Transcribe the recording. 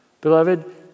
Beloved